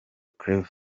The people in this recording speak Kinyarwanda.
claver